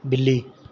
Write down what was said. ਬਿੱਲੀ